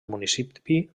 municipi